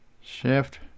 Shift